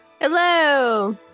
Hello